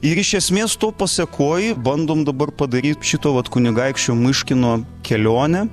ir iš esmės to pasekoj bandom dabar padaryt šito vat kunigaikščio myškino kelionę